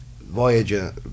voyager